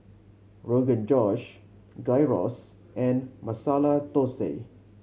Rogan Josh Gyros and Masala Dosa